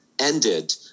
ended